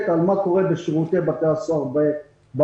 לגבי מה קורה בשירותי בתי הסוהר בעולם.